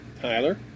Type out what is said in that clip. Tyler